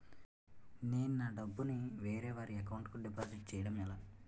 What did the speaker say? నేను నా డబ్బు ని వేరే వారి అకౌంట్ కు డిపాజిట్చే యడం ఎలా?